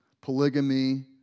polygamy